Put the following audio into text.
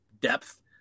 depth